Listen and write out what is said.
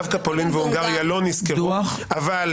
כאילו